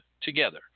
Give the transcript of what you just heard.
together